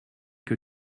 que